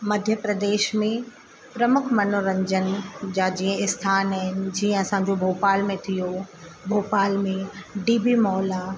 मध्य प्रदेश में प्रमुख मनोरंजन जा जीअं स्थान आहिनि जीअं असांजो भोपाल में थियो भोपाल में डी बी मॉल आहे